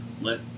Let